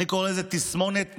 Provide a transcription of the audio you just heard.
אני קורא לזה "תסמונת נפוליאון".